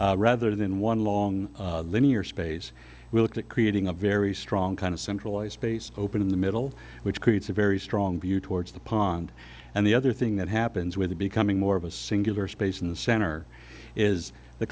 iteration rather than one long linear space we looked at creating a very strong kind of centralized space open in the middle which creates a very strong view towards the pond and the other thing that happens with the becoming more of a singular space in the center is the